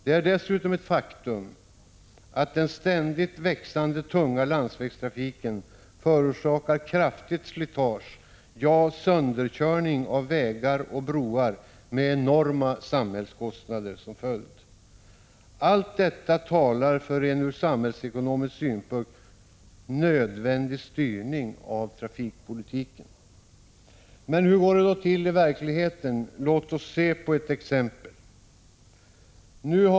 Det är dessutom ett faktum, att den ständigt växande tunga landsvägstrafiken förorsakar kraftigt slitage, ja, sönderkörning av vägar och broar med enorma samhällskostnader som följd. Allt detta talar för en ur samhällsekonomisk synpunkt nödvändig styrning av trafikpolitiken. Hur går det då till i verkligheten? Låt oss se på ett exempel.